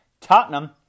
Tottenham